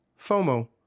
FOMO